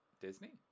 Disney